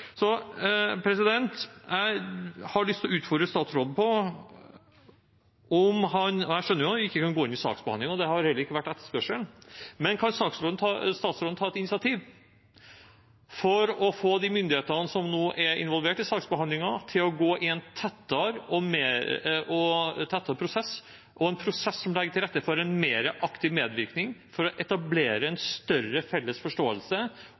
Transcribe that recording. Jeg har lyst til å utfordre statsråden – jeg skjønner at han ikke kan gå inn i saksbehandlingen, det har heller ikke vært etterspørselen – på om han kan ta et initiativ for å få de myndighetene som nå er involvert i saksbehandlingen, til å gå i en tettere prosess, en prosess som legger til rette for en mer aktiv medvirkning, for å etablere en større felles forståelse